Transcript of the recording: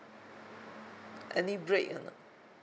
any break ah